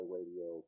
Radio